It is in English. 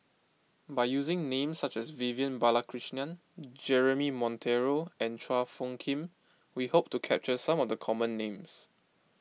by using names such as Vivian Balakrishnan Jeremy Monteiro and Chua Phung Kim we hope to capture some of the common names